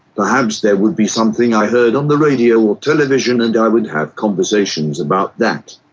perhaps there would be something i heard on the radio or television and i would have conversations about that.